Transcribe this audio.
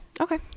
Okay